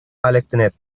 алектенет